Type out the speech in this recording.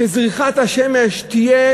כשזריחת השמש תהיה